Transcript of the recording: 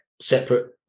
separate